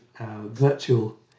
virtual